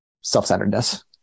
self-centeredness